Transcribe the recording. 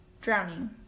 Drowning